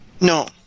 No